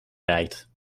rijdt